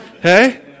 hey